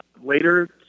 Later